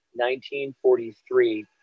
1943